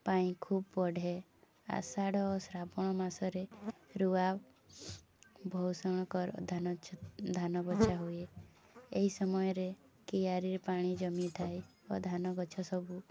ପାଇଁ ଖୁବ୍ ବଢ଼େ ଆଷାଢ଼ ଓ ଶ୍ରାବଣ ମାସରେ ରୁଆ ଧାନ ଧାନ ବଛା ହୁଏ ଏହି ସମୟରେ କିଆରୀ ପାଣି ଜମିଥାଏ ଓ ଧାନ ଗଛ ସବୁ